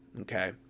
okay